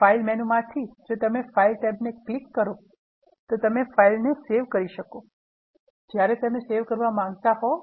file મેનૂમાંથી જો તમે ફાઇલ tab ને ક્લિક કરો તો તમે ફાઇલને સેવ કરી શકો જ્યારે તમે સેવ કરવા માંગતા હોવ